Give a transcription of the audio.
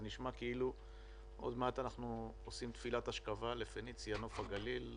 זה נשמע כאילו עוד מעט אנחנו עושים תפילת השכבה ל"פניציה" נוף הגליל,